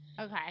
okay